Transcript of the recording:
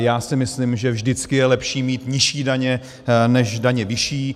Já si myslím, že vždycky je lepší mít nižší daně než daně vyšší.